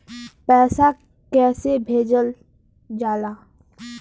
पैसा कैसे भेजल जाला?